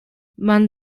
man